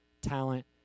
talent